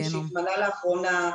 שהתמנה לאחרונה,